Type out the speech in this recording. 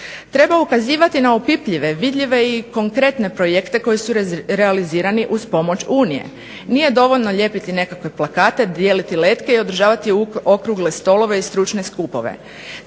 Treba ukazivati na opipljive, vidljive i konkretne projekte koji su realizirani uz pomoć Unije. Nije dovoljno lijepiti nekakve plakate, dijeliti letke i održavati okrugle stolove i stručne skupove.